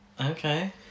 Okay